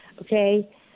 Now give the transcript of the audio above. okay